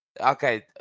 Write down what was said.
Okay